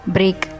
Break